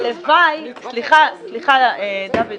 סליחה, דוד.